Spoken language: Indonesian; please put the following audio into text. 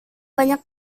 banyak